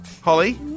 Holly